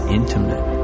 intimate